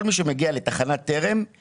כל מי שמגיע לתחנת טרם,